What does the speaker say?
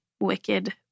wicked